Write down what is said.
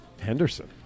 Henderson